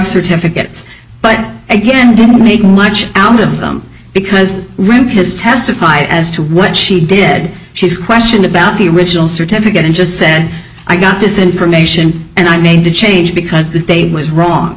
certificates but again didn't make much out of them because rim has testified as to what she did she's questioned about the original certificate and just said i got this information and i made the change because the date was wrong